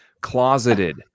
Closeted